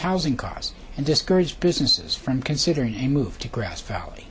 housing costs and discourage businesses from considering a move to grass valley